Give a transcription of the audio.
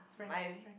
my